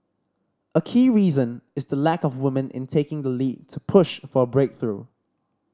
a key reason is the lack of woman in taking the lead to push for a breakthrough